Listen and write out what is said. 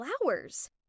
flowers